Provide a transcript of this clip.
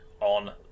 on